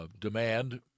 demand